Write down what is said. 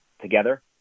together